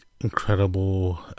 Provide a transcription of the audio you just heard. incredible